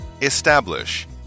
Establish